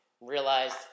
realized